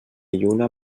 lluna